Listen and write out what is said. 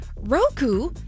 Roku